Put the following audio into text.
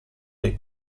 dei